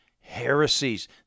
heresies